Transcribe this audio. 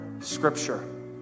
scripture